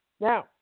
Now